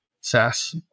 SaaS